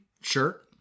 Sure